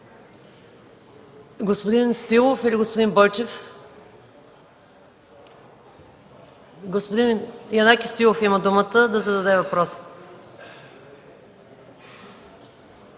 Господин Стоилов или господин Бойчев? Господин Янаки Стоилов има думата да зададе въпрос.